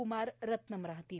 क्मार रत्नम राहतील